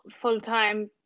full-time